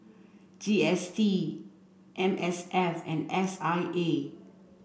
G S T M S F and S I A